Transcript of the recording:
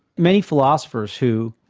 many philosophers who